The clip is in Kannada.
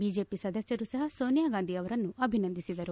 ಬಿಜೆಪಿ ಸದಸ್ಟರೂ ಸಹ ಸೋನಿಯಾಗಾಂಧಿ ಅವರನ್ನು ಅಭಿನಂದಿಸಿದರು